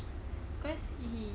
cause he